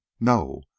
No